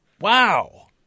Wow